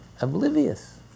oblivious